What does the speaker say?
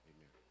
Amen